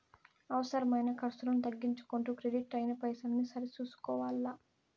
అవసరమైన కర్సులను తగ్గించుకుంటూ కెడిట్ అయిన పైసల్ని సరి సూసుకోవల్ల